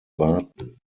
warten